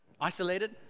isolated